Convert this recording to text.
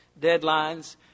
Deadlines